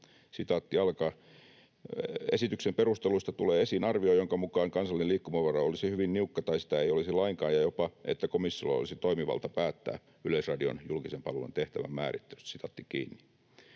hyvin niukka: ”Esityksen perusteluista tulee esiin arvio, jonka mukaan kansallinen liikkumavara olisi hyvin niukka tai sitä ei olisi lainkaan ja jopa että komissiolla olisi toimivalta päättää Yleisradion julkisen palvelun tehtävän määrittelystä.” Tällaista